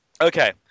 Okay